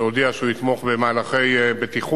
שהודיע שהוא יתמוך במהלכי בטיחות.